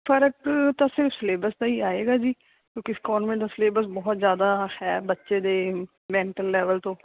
ਫਰਕ ਤਾਂ ਸਿਰਫ਼ ਸਿਲੇਬਸ ਦਾ ਹੀ ਆਏਗਾ ਜੀ ਕਿਉਂਕਿ ਕੋਨਵੈਂਟ ਦਾ ਸਿਲੇਬਸ ਬਹੁਤ ਜ਼ਿਆਦਾ ਹੈ ਬੱਚੇ ਦੇ ਮੈਂਟਲ ਲੈਵਲ ਤੋਂ